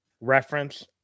reference